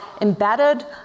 embedded